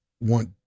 want